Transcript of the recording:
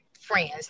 friends